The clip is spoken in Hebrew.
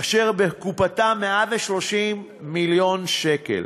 אשר בקופתה 130 מיליון שקל.